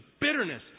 bitterness